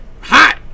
Hot